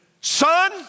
son